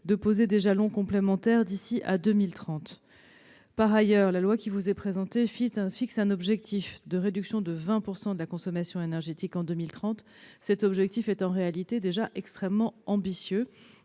de poser des jalons complémentaires d'ici à 2030. Par ailleurs, le projet de loi fixe un objectif de réduction de 20 % de la consommation énergétique en 2030. Cet objectif est en réalité déjà extrêmement ambitieux